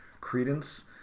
credence